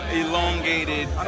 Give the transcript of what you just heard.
elongated